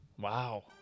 Wow